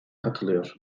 katılıyor